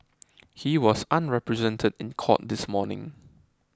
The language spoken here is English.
he was unrepresented in court this morning